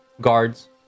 guards